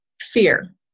fear